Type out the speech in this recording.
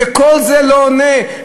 וכל זה לא עונה,